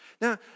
Now